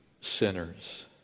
sinners